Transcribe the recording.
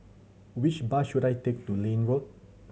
which bus should I take to Liane Road